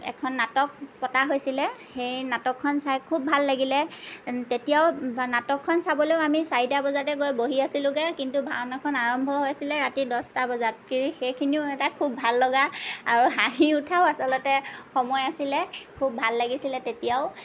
এখন নাটক পতা হৈছিলে সেই নাটকখন চাই খুব ভাল লাগিলে তেতিয়াও বা নাটকখন চাবলৈও আমি চাৰিটা বজাতে গৈ বহি আছিলোঁ গৈ কিন্তু ভাওনাখন আৰম্ভ হৈছিলে ৰাতি দচটা বজাত কি সেইখিনিও এটা খুব ভাল লগা আৰু হাঁহি উঠাও আচলতে সময় আছিলে খুব ভাল লাগিছিলে তেতিয়াও